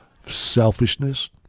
Selfishness